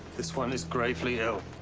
this one is gravely ill.